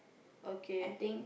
okay